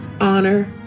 honor